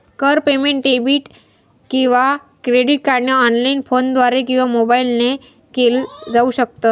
कर payment debit किंवा credit कार्डने ऑनलाइन, फोनद्वारे किंवा मोबाईल ने केल जाऊ शकत